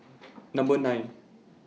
Number nine